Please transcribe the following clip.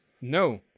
no